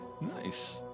Nice